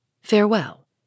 farewell